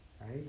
right